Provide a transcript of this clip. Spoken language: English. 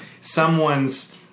someone's